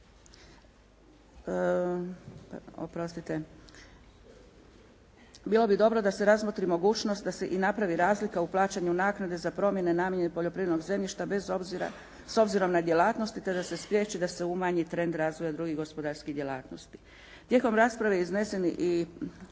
bilo bi dobro da se razmotri mogućnost da se i napravi razlika u plaćanju naknade za promjene namjene poljoprivrednog zemljišta s obzirom na djelatnost te da se spriječi da se umanji trend razvoja drugih gospodarskih djelatnosti. Tijekom rasprave iznesen je